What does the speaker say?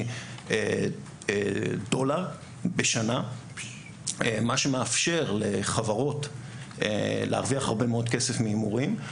דולר בשנה - מה שמאפשר לחברות להרוויח הרבה מאוד כסף מהימורים.